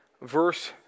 verse